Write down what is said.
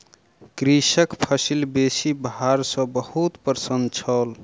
कृषक फसिल बेसी भार सॅ बहुत प्रसन्न छल